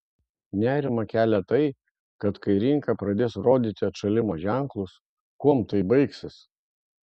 nerimą kelia tai kad kai rinka pradės rodyti atšalimo ženklus kuom tai baigsis